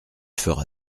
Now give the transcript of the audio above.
fera